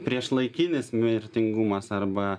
priešlaikinis mirtingumas arba